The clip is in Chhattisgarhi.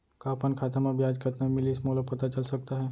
का अपन खाता म ब्याज कतना मिलिस मोला पता चल सकता है?